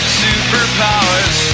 superpowers